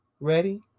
Ready